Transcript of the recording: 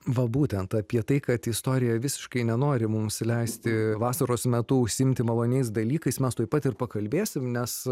va būtent apie tai kad istorija visiškai nenori mums leisti vasaros metu užsiimti maloniais dalykais mes tuoj pat ir pakalbėsim nes